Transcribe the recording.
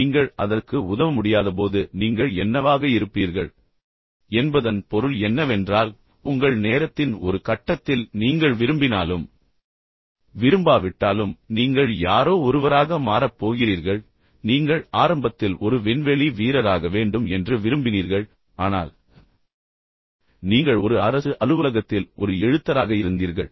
நீங்கள் அதற்கு உதவ முடியாதபோது நீங்கள் என்னவாக இருப்பீர்கள் என்பதன் பொருள் என்னவென்றால் உங்கள் நேரத்தின் ஒரு கட்டத்தில் நீங்கள் விரும்பினாலும் விரும்பாவிட்டாலும் நீங்கள் யாரோ ஒருவராக மாறப் போகிறீர்கள் நீங்கள் ஆரம்பத்தில் ஒரு விண்வெளி வீரராக வேண்டும் என்று விரும்பினீர்கள் ஆனால் நீங்கள் ஒரு அரசு அலுவலகத்தில் ஒரு எழுத்தராக இருந்தீர்கள்